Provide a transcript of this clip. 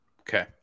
okay